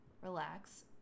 relax